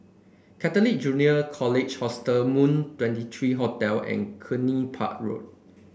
Catholic Junior College Hostel Moon Twenty three Hotel and Cluny Park Road